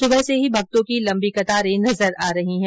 सुबह से ही भक्तों की लम्बी कतारे नजर आ रही है